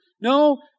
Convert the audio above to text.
No